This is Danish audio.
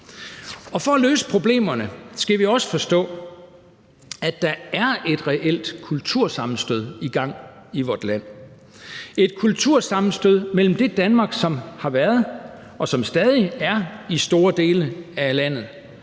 For at løse problemerne skal vi også forstå, at der er et reelt kultursammenstød i gang i vort land. Det er et kultursammenstød mellem det Danmark, som har været, og som stadig er i store dele af landet,